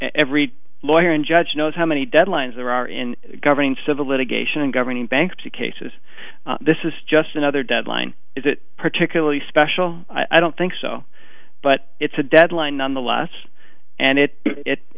every lawyer and judge knows how many deadlines there are in governing civil litigation and governing bankruptcy cases this is just another deadline is it particularly special i don't think so but it's a deadline nonetheless and it it